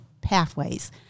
pathways